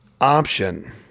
option